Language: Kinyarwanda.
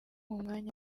umwanya